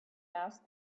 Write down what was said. asked